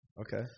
Okay